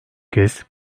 kez